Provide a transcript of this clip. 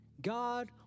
God